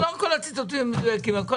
אז לא כל הציטוטים הם מדויקים אבל כל